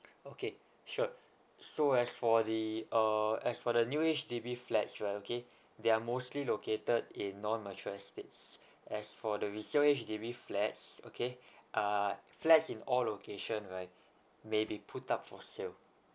okay sure so as for the uh as for the new H_D_B flats right okay they are mostly located in non mature estates as for the resale H_D_B flats okay ah flats in all location right may be put up for sale